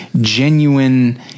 genuine